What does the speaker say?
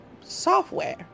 Software